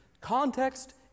context